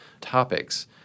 topics